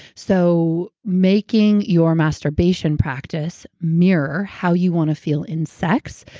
so making your masturbation practice mirror how you want to feel in sex,